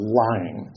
lying